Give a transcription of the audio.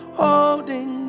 holding